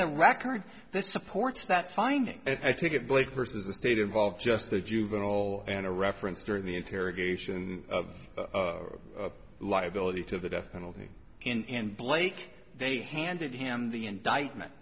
the record that supports that finding if i take it blake versus the state of all just the juvenile and a reference during the interrogation of liability to the death penalty in blake they handed him the indictment